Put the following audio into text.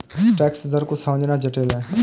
tax दर को समझना जटिल है